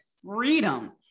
freedom